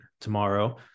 tomorrow